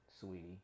sweetie